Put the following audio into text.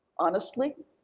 honestly,